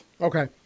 Okay